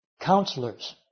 counselors